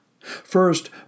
First